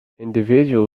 individual